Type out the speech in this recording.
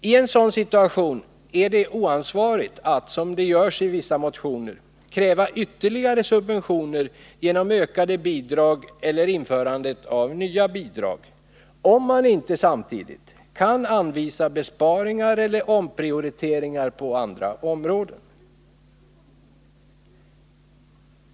I en sådan situation är det oansvarigt att, som görs i vissa motioner, kräva ytterligare subventioner genom ökade bidrag eller införande av nya bidrag, om man inte samtidigt kan anvisa besparingar eller omprioriteringar på andra områden.